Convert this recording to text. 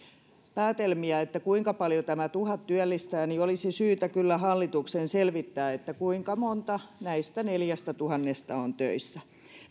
päätelmiä siitä kuinka paljon tämä tuhat työllistää niin olisi syytä kyllä hallituksen selvittää kuinka monta näistä neljästätuhannesta on töissä